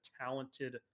talented